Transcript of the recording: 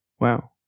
Wow